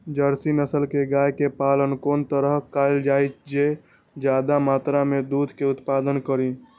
Jersey नस्ल के गाय के पालन कोन तरह कायल जाय जे ज्यादा मात्रा में दूध के उत्पादन करी?